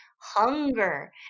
Hunger